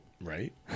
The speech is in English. Right